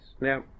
Now